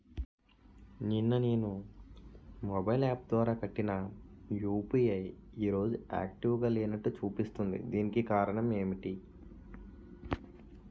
నిన్న నేను mobile app ద్వారా కట్టిన యు.పి.ఐ ఈ రోజు యాక్టివ్ గా లేనట్టు చూపిస్తుంది దీనికి కారణం ఏమిటి?